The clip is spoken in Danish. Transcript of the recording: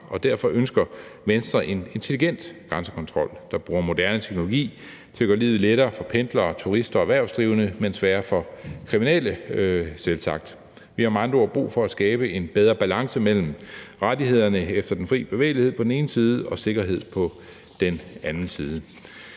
Derfor ønsker Venstre en intelligent grænsekontrol, hvor man bruger moderne teknologi til at gøre livet lettere for pendlere, turister og erhvervsdrivende, men selvsagt sværere for kriminelle. Vi har med andre ord brug for at skabe en bedre balance mellem rettighederne efter den fri bevægelighed på den ene side og sikkerheden på den anden side.